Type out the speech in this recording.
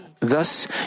Thus